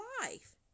life